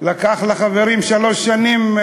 לקח לחברים שלוש שנים,